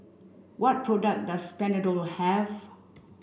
what product does Panadol have